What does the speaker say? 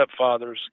stepfathers